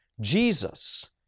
Jesus